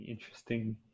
Interesting